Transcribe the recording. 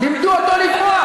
לימדו אותו לברוח.